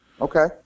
Okay